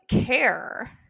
care